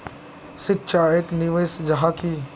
शिक्षा एक निवेश जाहा की?